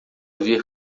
ver